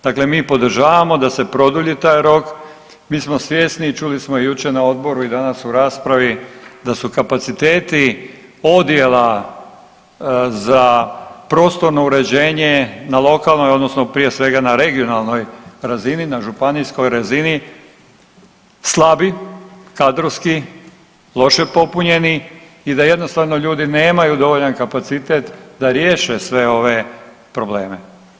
Dakle, mi podržavamo da se produlji taj rok, mi smo svjesni i čuli smo jučer na odboru i danas u raspravi da su kapaciteti odjela za prostorno uređenje na lokalnoj odnosno prije svega na regionalnoj razini, na županijskoj razini slabi kadrovski, loše popunjeni i da jednostavno ljudi nemaju dovoljan kapacitet da riješe sve ove probleme.